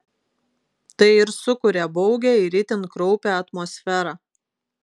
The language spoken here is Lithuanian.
tai ir sukuria baugią ir itin kraupią atmosferą